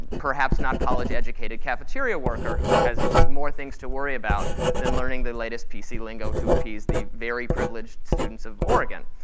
perhaps not college educated cafeteria worker who has more things to worry about than learning the latest p c. lingo to appease the very privileged students of oregon.